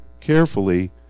carefully